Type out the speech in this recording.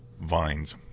vines